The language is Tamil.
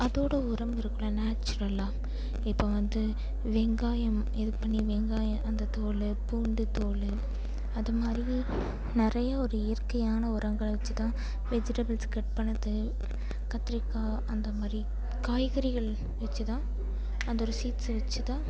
அதோட உரம் இருக்கும்ல நேச்சுரலா இப்போ வந்து வெங்காயம் இது பண்ணி வெங்காயம் அந்த தோல் பூண்டு தோல் அதுமாதிரி நிறைய ஒரு இயற்கையான உரங்களை வச்சி தான் வெஜிடபிள்ஸ் கட் பண்ணது கத்திரிக்காய் அந்தமாதிரி காய்கறிகள் வச்சிதான் அந்த ஒரு சீட்ஸ்ஸை வச்சி தான்